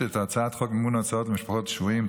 את הצעת חוק מימון הוצאות למשפחות שבויים,